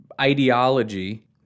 ideology